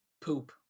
poop